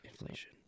Inflation